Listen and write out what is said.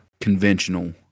conventional